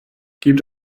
gibt